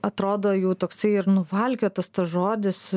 atrodo jų toksai ir nuvalkiotas žodis